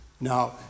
Now